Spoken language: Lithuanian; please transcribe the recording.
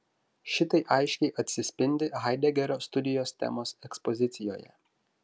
šitai aiškiai atsispindi haidegerio studijos temos ekspozicijoje